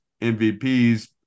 MVPs